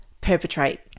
perpetrate